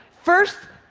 first,